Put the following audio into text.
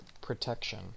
protection